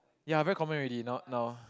ya very common already not now